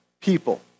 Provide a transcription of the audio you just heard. people